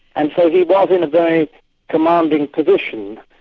and so he was in a very commanding position,